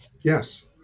Yes